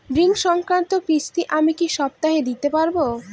ঋণ সংক্রান্ত কিস্তি আমি কি সপ্তাহে দিতে পারবো?